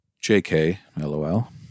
J-K-L-O-L